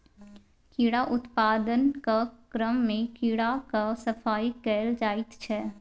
कीड़ा उत्पादनक क्रममे कीड़ाक सफाई कएल जाइत छै